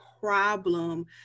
problem